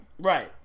Right